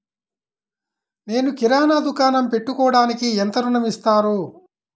నేను కిరాణా దుకాణం పెట్టుకోడానికి ఎంత ఋణం ఇస్తారు?